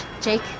Jake